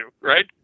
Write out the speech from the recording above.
right